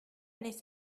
nichts